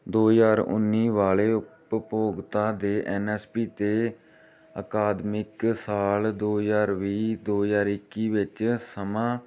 ਦੋ ਹਜ਼ਾਰ ਉੱਨੀ ਵਾਲੇ ਉਪਭੋਗਤਾ ਦੇ ਐੱਨ ਐੱਸ ਪੀ 'ਤੇ ਅਕਾਦਮਿਕ ਸਾਲ ਦੋ ਹਜ਼ਾਰ ਵੀਹ ਦੋ ਹਜ਼ਾਰ ਇੱਕੀ ਵਿੱਚ ਸਮਾਂ